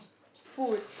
food